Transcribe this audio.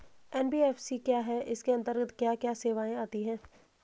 NBFC क्या है इसके अंतर्गत क्या क्या सेवाएँ आती हैं?